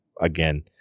again